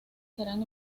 serán